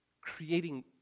Creating